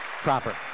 Proper